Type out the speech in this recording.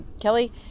Kelly